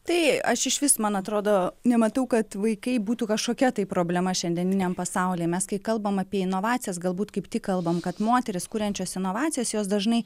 tai aš išvis man atrodo nematau kad vaikai būtų kažkokia tai problema šiandieniniam pasaulyje mes kai kalbam apie inovacijas galbūt kaip tik kalbam kad moterys kuriančios inovacijas jos dažnai